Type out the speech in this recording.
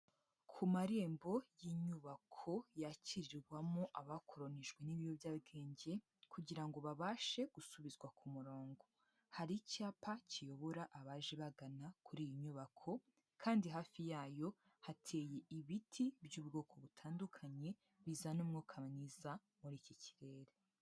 Ku marembo y'inyubako yakirirwamo abakoronijwe n'ibiyobyabwenge kugira ngo babashe gusubizwa ku murongo. Hari icyapa kiyobora abaje bagana kuri iyi nyubako kandi hafi yayo hateye ibiti by'ubwoko butandukanye bizana umwuka mwiza muri iki kirere.